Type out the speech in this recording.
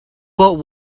but